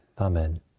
Amen